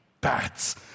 bats